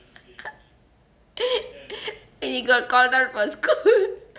and he got called up for school